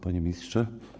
Panie Ministrze!